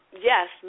yes